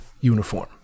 uniform